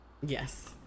Yes